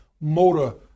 motor